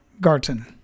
Garton